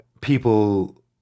people